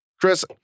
Chris